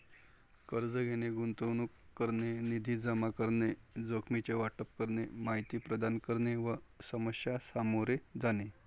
कर्ज घेणे, गुंतवणूक करणे, निधी जमा करणे, जोखमीचे वाटप करणे, माहिती प्रदान करणे व समस्या सामोरे जाणे